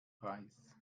preis